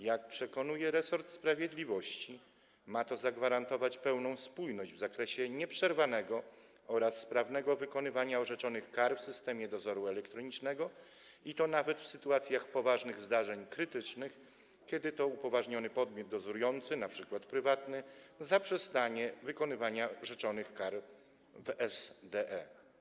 Jak przekonuje resort sprawiedliwości, ma to zagwarantować pełną spójność w zakresie nieprzerwanego oraz sprawnego wykonywania orzeczonych kar w systemie dozoru elektronicznego, i to nawet w sytuacjach poważnych zdarzeń krytycznych, kiedy to upoważniony podmiot dozorujący, np. prywatny, zaprzestanie wykonywania rzeczonych kar w SDE.